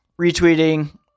retweeting